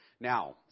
now